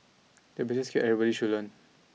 it's a basic skill everybody should learn